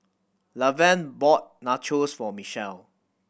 Lavern bought Nachos for Michelle